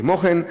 כמו כן,